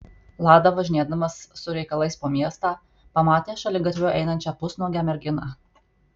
lada važinėdamas su reikalais po miestą pamatė šaligatviu einančią pusnuogę merginą